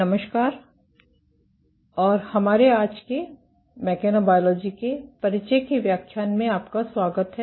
नमस्कार और हमारे आज के मैकेनोबायोलॉजी के परिचय के व्याख्यान में आपका स्वागत है